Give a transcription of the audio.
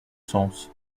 sens